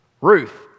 Ruth